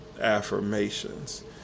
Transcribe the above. affirmations